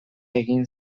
egin